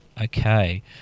Okay